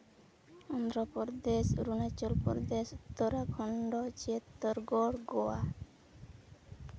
ᱚᱫᱱᱫᱷᱨᱚᱯᱨᱚᱫᱮᱥ ᱚᱨᱩᱱᱟᱪᱚᱞᱯᱚᱨᱫᱮᱥ ᱩᱛᱛᱚᱨᱟᱠᱷᱚᱱᱰᱚ ᱪᱷᱤᱭᱟᱛᱛᱳᱨ ᱜᱚᱲ ᱜᱳᱣᱟ